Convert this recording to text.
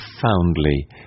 profoundly